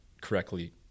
correctly